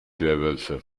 werwölfe